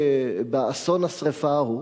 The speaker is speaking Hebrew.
באסון השרפה ההוא.